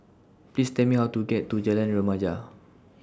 Please Tell Me How to get to Jalan Remaja